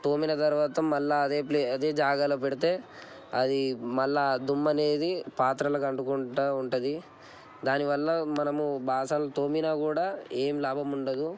తోమిన తర్వాత మళ్ళా అదే ప్లేస్ అదే జాగాలో పెడితే అది మళ్ళా దుమ్ము అనేది పాత్రలకు అంటుకుంటు ఉంటుంది దానివల్ల మనము బాసనలు తోమ్మినా కూడా ఏం లాభం ఉండదు